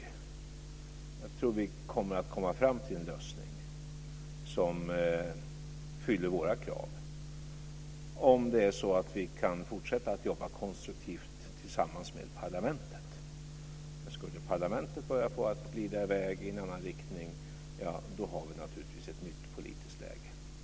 Jag tror att vi kommer att komma fram till en lösning som fyller våra krav - om vi kan fortsätta att jobba konstruktivt tillsammans med parlamentet. Men skulle parlamentet börja glida i väg i en annan riktning har vi naturligtvis ett nytt politiskt läge.